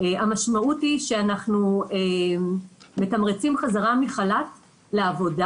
המשמעות היא שאנחנו מתמרצים חזרה מחל"ת לעבודה